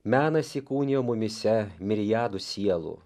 menas įkūnijo mumyse miriadų sielų